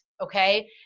okay